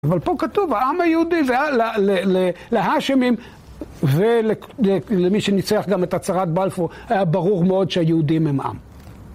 אבל פה כתוב העם היהודי, להאשמים ולמי שניסח גם את הצהרת בלפור, היה ברור מאוד שהיהודים הם עם.